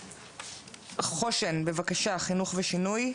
חוש"ן, בבקשה, חינוך ושינוי,